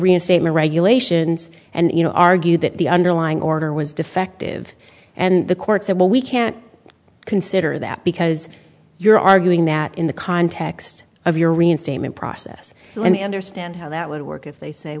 reinstatement regulations and you know argued that the underlying order was defective and the court said well we can't consider that because you're arguing that in the context of your reinstatement process let me understand how that would work if they say